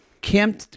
Kim